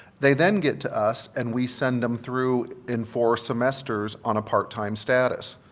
they then get to us and we send them through in four semesters on a part time status.